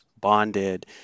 bonded